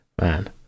Man